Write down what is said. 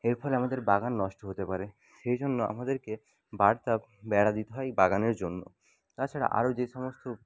এর ফলে আমাদের বাগান নষ্ট হতে পারে সেই জন্য আমাদেরকে বেড়া দিতে হয় বাগানের জন্য তাছাড়া আরও যে সমস্ত